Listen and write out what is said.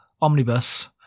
omnibus